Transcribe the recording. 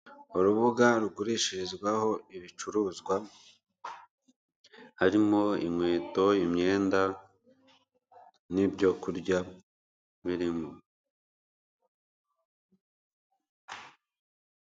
Urubuga rugurishirizwaho ibicuruzwa. Harimo inkweto, imyenda n'ibyo kurya birimo.